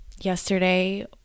yesterday